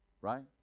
right